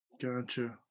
Gotcha